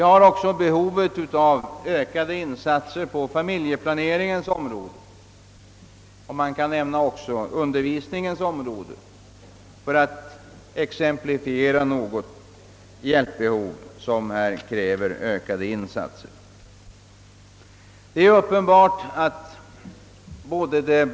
Starka behov av ökade insatser föreligger också på familjeplaneringens och undervisningens områden, för att här bara ta ett par exempel där hjälpbehovet kräver ökade insatser.